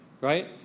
right